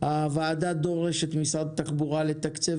הוועדה דורשת ממשרד התחבורה לתקצב